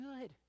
good